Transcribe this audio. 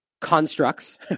constructs